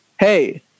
Hey